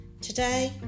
Today